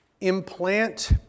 implant